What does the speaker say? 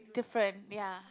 different ya